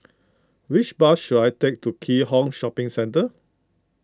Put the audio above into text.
which bus should I take to Keat Hong Shopping Centre